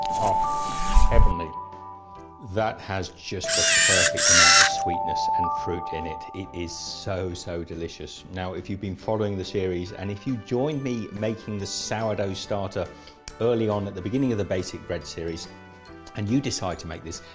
oh heavenly that has just the perfect amount of sweetness and fruit in it, it is so, so delicious. now if you've been following the series and if you joined me making the sourdough starter early on at the beginning of the basic bread series and you decide to make this,